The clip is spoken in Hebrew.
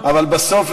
אבל בסוף,